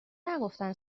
نگفتن